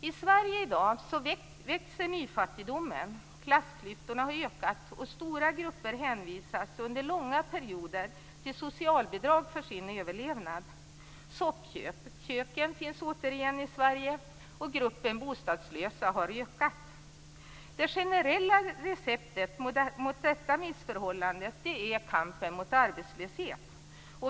I Sverige växer nyfattigdomen i dag, klassklyftorna har ökat och stora grupper hänvisas under långa perioder till socialbidrag för sin överlevnad. Soppköken finns återigen i Sverige, och gruppen bostadslösa har ökat. Det generella receptet mot detta missförhållande är kampen mot arbetslöshet.